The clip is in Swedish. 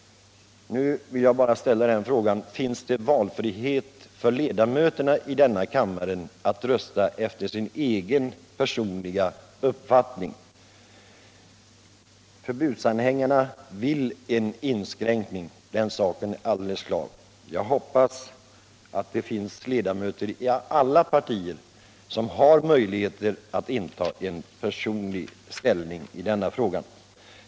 Nu vill jag ställa frågan: Finns det valfrihet för ledamöterna i denna kammare att rösta för sin egen personliga uppfattning? Förbudsanhängarna vill ha en inskränkning; den saken är alldeles klar. Jag hoppas att det finns ledamöter i alla partier som har möjligheter att inta en personlig ställning i denna fråga.